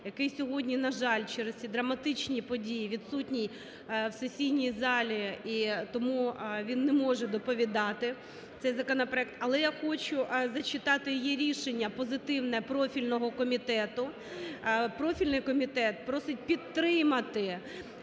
який сьогодні, на жаль, через ці драматичні події відсутній в сесійній залі, і тому він не може доповідати цей законопроект. Але я хочу зачитати, є рішення позитивне профільного комітету. Профільний комітет просить підтримати…